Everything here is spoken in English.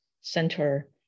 center